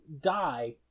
die